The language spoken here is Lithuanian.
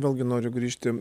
vėlgi noriu grįžti